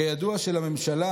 כידוע, לממשלה